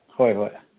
ꯍꯣꯏ ꯍꯣꯏ